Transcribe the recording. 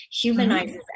humanizes